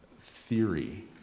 theory